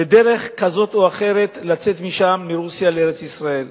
בדרך כזאת או אחרת לצאת משם, מרוסיה לארץ-ישראל.